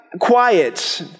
quiet